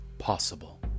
possible